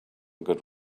good